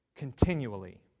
continually